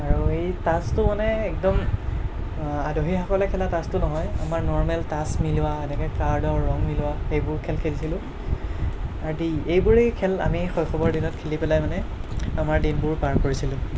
আৰু এই তাচটো মানে একদম আদহীয়াসকলে খেলা তাচটো নহয় আমাৰ নৰ্মেল তাচ মিলোৱা এনেকৈ কাৰ্ডৰ ৰং মিলোৱা সেইবোৰ খেল খেলিছিলোঁ আদি এইবোৰই খেল আমি শৈশবৰ দিনত খেলি পেলাই মানে আমাৰ দিনবোৰ পাৰ কৰিছিলোঁ